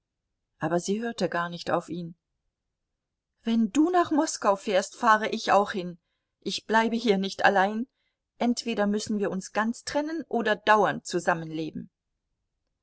aber sie hörte gar nicht auf ihn wenn du nach moskau fährst fahre ich auch hin ich bleibe hier nicht allein entweder müssen wir uns ganz trennen oder dauernd